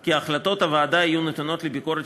כי החלטות הוועדה יהיו נתונות לביקורת